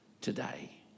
today